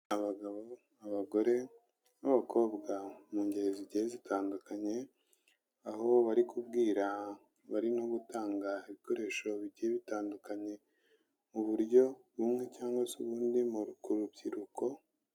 Abagabo, abagore n'abakobwa mu ngeri zigiye zitandukanye, aho bari kubwira bari no gutanga ibikoresho bigiye bitandukanye, mu buryo bumwe cyangwa se ubundi, ku rubyiruko.